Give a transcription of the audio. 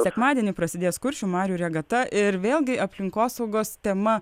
sekmadienį prasidės kuršių marių regata ir vėlgi aplinkosaugos tema